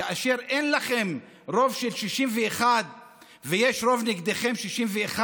כאשר אין לכם רוב של 61 ויש רוב נגדכם של 61,